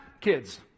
Kids